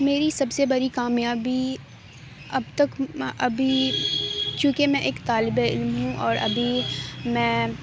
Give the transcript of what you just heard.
میری سب سے بڑی کامیابی اب تک ابھی چونکہ میں ایک طالبِ علم ہوں اور ابھی میں